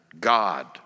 God